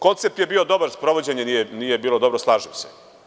Koncept je bio dobar, sprovođenje nije bilo dobro, slažem se.